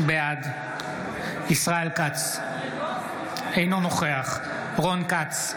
בעד ישראל כץ, אינו נוכח רון כץ,